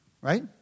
Right